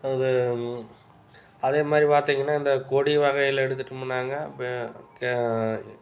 அது அதேமாதிரி பார்த்திங்கனா இந்த கொடி வகையில் எடுத்துகிட்டனம்னாங்க இப்போ